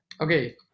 Okay